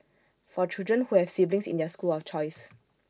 for children who have siblings in their school of choice